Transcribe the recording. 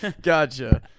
Gotcha